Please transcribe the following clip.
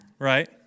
right